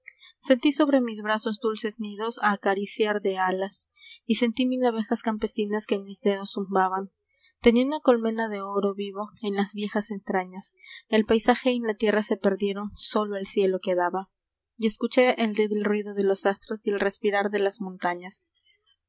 sentí sobre mis brazos dulces nidos a cariciar de alas y sentí mil abejas campesinas que en mis dedos zumbaban tenía una colmena de oro vivo en las viejas entrañas el paisaje y la tierra se perdieron sólo el cielo quedaba y escuché el débil ruido de los astros y el respirar de las montañas